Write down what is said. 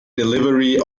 delivery